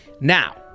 now